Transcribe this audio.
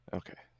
okay